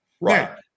Right